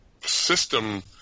system